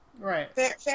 right